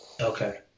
Okay